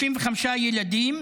35 ילדים